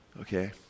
okay